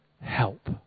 Help